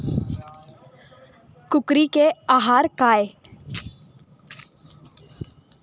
कुकरी के आहार काय?